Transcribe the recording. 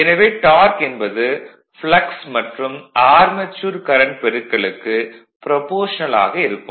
எனவே டார்க் என்பது ப்ளக்ஸ் மற்றும் ஆர்மெச்சூர் கரண்ட் பெருக்கலுக்கு ப்ரபோர்ஷனல் ஆக இருக்கும்